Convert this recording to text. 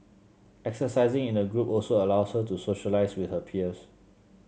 exercising in a group also allows her to socialise with her peers